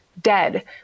dead